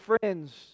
friends